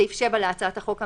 סעיף 7 להצעת החוק הממשלתית,